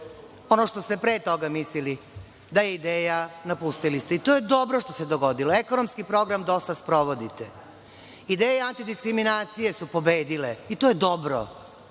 Ono što ste pre toga mislili da je ideja, napustili ste i to je dobro što se dogodilo. Ekonomski program DOS-a sprovodite. Ideje antidiskriminacije su pobedile i to je dobro.